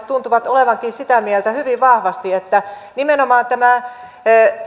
tuntuvat olevan hyvin vahvasti sitä mieltä että nimenomaan tämä